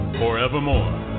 forevermore